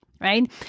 right